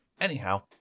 Anyhow